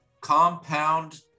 compound